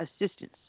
assistance